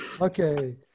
Okay